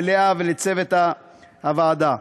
ללאה ולצוות הוועדה.